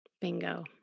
Bingo